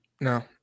no